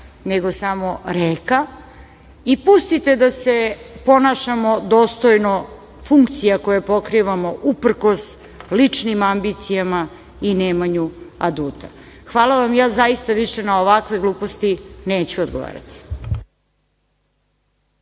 nego samo reka i pustite da se ponašamo dostojno funkcija koje pokrivamo, uprkos ličnim ambicijama i nemanju aduta. Hvala vam. Ja zaista više na ovakve gluposti neću odgovarati.